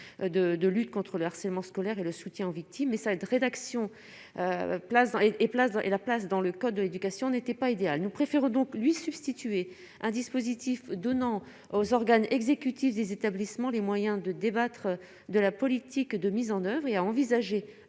de lutte contre le harcèlement scolaire et le soutien aux victimes, ça aide rédaction place et et place dans et la place dans le code de l'éducation n'était pas idéale, nous préférons donc lui substituer un dispositif donnant aux organes exécutifs des établissements les moyens de débattre de la politique de mise en oeuvre et à envisager,